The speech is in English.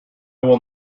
will